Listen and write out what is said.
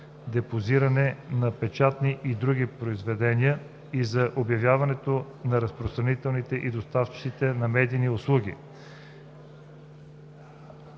депозиране на печатни и други произведения и за обявяване на разпространителите и доставчиците на медийни услуги